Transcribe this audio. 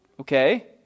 Okay